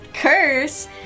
curse